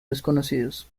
desconocidos